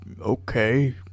Okay